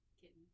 Kitten